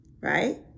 right